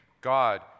God